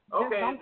okay